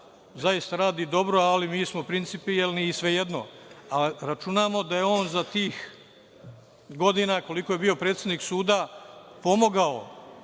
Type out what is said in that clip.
zaista radi dobro, ali mi smo principijelni, i svejedno, računamo da je on za tih godina koliko je bio predsednik suda, pomogao,